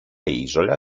isola